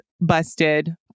busted